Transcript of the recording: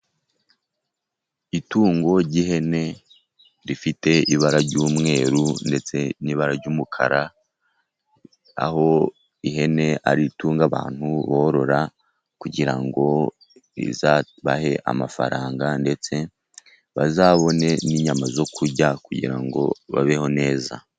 Itungo ry'ihene rifite ibara ry'umweru ndetse n'ibara ry'umukara, aho ihene ari itungo abantu borora kugira ngo rizabahe amafaranga ndetse bazabone n'inyama zo kurya kugira ngo babeho neza.